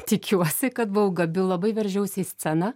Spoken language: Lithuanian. tikiuosi kad buvau gabi labai veržiausi į sceną